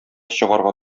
чыгарга